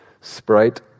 sprite